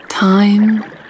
Time